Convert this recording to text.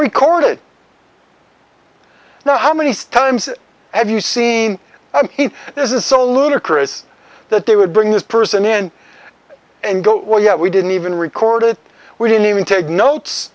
recorded now how many stems have you seen this is so ludicrous that they would bring this person in and go well yet we didn't even record it we didn't even take notes